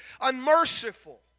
unmerciful